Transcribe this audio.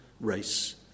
race